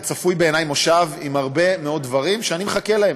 וצפוי בעיני כנס עם הרבה מאוד דברים שאני מחכה להם.